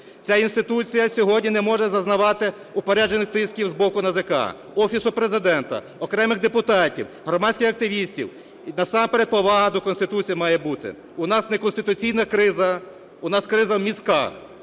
Ця інституція сьогодні не може зазнавати упереджених тисків з боку НАЗК, Офісу Президента, окремих депутатів, громадських активістів. Насамперед повага до Конституції має бути. У нас не конституційна криза - у нас криза в мізках,